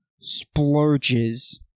splurges